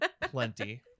plenty